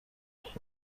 خورد